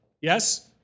Yes